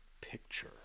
picture